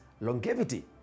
longevity